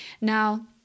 Now